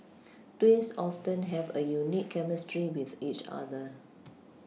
twins often have a unique chemistry with each other